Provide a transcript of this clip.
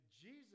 Jesus